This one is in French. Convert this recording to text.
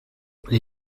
les